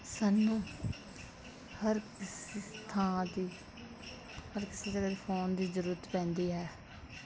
ਸਾਨੂੰ ਹਰ ਸ ਥਾਂ 'ਤੇ ਹਰ ਕਿਸੇ ਜਗ੍ਹਾ 'ਤੇ ਫੋਨ ਦੀ ਜ਼ਰੂਰਤ ਪੈਂਦੀ ਹੈ